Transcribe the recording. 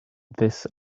this